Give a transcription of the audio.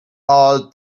all